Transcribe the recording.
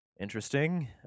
interesting